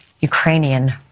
Ukrainian